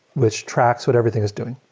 which tracks what everything it's doing.